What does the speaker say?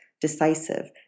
decisive